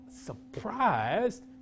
surprised